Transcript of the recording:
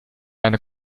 eine